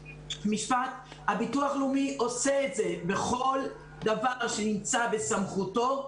הביטוח הלאומי עושה את זה בכל דבר שנמצא בסמכותו.